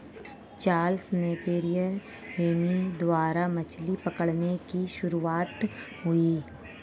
Charles Napier Hemy द्वारा मछली पकड़ने की शुरुआत हुई